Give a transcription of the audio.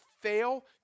fail